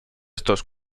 estos